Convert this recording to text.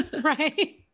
right